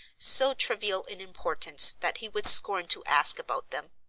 so trivial in importance that he would scorn to ask about them.